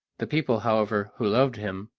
the people, however, who loved him,